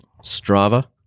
Strava